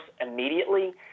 immediately